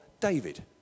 David